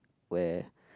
where